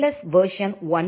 S version 1